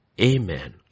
Amen